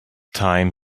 time